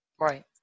Right